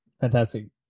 fantastic